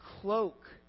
cloak